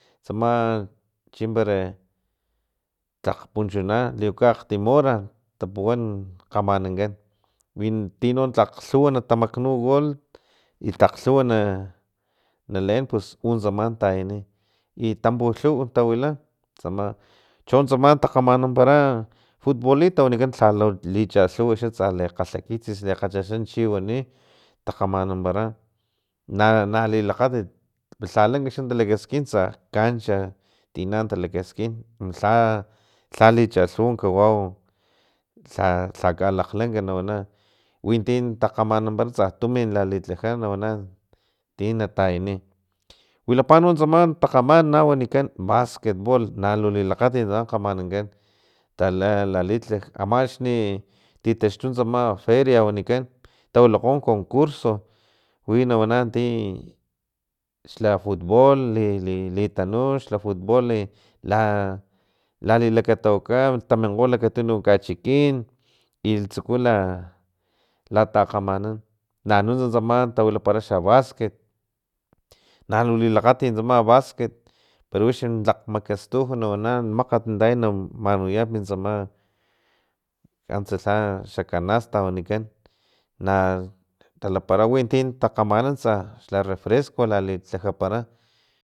Tsama chimpara tlak punchuna liuka akgtim hora tapuwan kgamanankan win ti no tlak lhuwa na tamaknu gool i tlak lhuwa na leen pus utsama tayani i tampulhuw tawila tsama hon tsama takgamanampara futbolito tu wanikan lhalu lichalhuw xa tsa li kgalhakitsis likgalhchaxan chiwani takgamananpara na nalilakgatit palha lanka xa talakaskin tsa cancha tina talakaskin kumu lha lhalichalhuw kawau lha lhakalakglank nawana winti takgamananpara tsa timin lalitlaja nawana tina tayani wilapa no tsama takgaman tu wanikan basket bool nalu lilakgatit tsama kgamanankan tala lalitlaj ama axni titaxtu tsama feria wanikan tawilakgo concurso wi nawana ti xla futbool li li tanu xla futbool la lalilakatawaka taminkgo lakatunuk kachikin i tsuku latakgamanan nanunta tsama tawilapara basket nalu lilakgatit tsama basket pero wix tlak makastuj nawana makgat na taya na manuyap tsama antsa lha xakanats wanikan na talapara winti takgamanan xla refresco lalitlajapara.